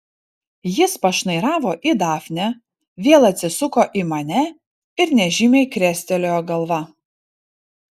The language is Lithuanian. jis pašnairavo į dafnę vėl atsisuko į mane ir nežymiai krestelėjo galva